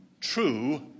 true